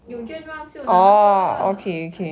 有愿望就拿那个啦